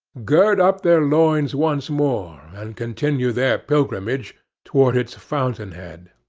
gird up their loins once more, and continue their pilgrimage toward its fountainhead.